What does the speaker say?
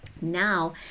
Now